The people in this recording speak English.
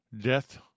Death